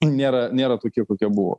nėra nėra tokie kokie buvo